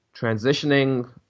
transitioning